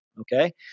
Okay